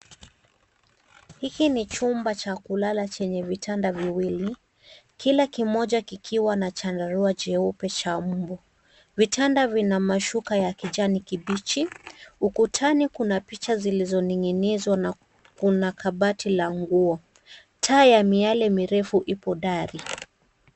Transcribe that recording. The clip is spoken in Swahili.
Hiki ni chumba cha kulala chenye vitanda viwili, kila kimoja kikiwa na chandarua cheupe cha mbu. Vitanda vina mashuka ya kijani kibichi. Ukutani kuna picha zilizoninginizwa na kuna kabati la nguo. Taa ya miale mirefu ipo dari.